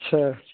اچھا